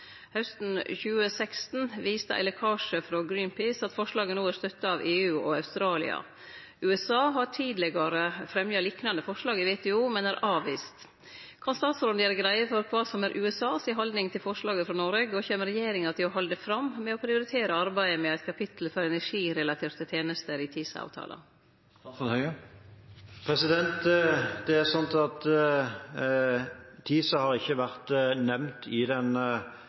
Hausten 2016 viste ein lekkasje frå Greenpeace at forslaget no har støtte av EU og Australia. USA har tidlegare fremja liknande forslag i WTO, men er avvist. Kan statsråden gjere greie for kva som er USAs haldning til forslaget frå Noreg, og kjem regjeringa til å halde fram med å prioritere arbeidet med eit kapittel for energirelaterte tenester i TISA-avtala? TISA har ikke vært nevnt i den amerikanske valgkampen, men det er